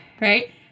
Right